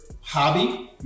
hobby